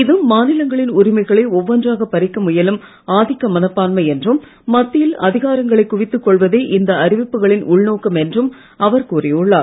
இது மாநிலங்களின் உரிமைகளை ஒவ்வொன்றாகப் பறிக்க முயலும் ஆதிக்க மனப்பான்மை என்றும் மத்தியில் அதிகாரங்களை குவித்துக் கொள்வதே இந்த அறிவிப்புகளின் உள்நோக்கம் என்றும் அவர் கூறியுள்ளார்